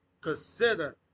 consider